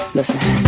Listen